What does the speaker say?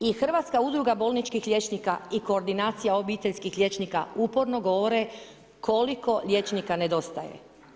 I Hrvatska udruga bolničkih liječnika i koordinacija obiteljskih liječnika uporno govore koliko liječnika nedostaje.